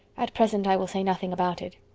at present i will say nothing about it.